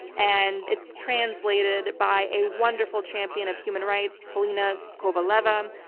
and it's translated by a wonderful champion of human rights, polina kovaleva,